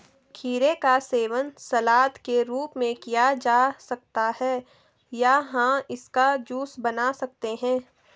खीरे का सेवन सलाद के रूप में किया जा सकता है या हम इसका जूस बना सकते हैं